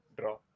Draw